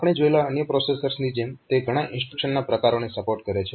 આપણે જોયેલા અન્ય પ્રોસેસર્સની જેમ તે ઘણા ઇન્સ્ટ્રક્શનના પ્રકારોને સપોર્ટ કરે છે